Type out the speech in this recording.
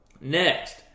Next